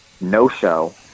no-show